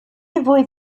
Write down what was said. avoid